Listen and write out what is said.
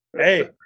Hey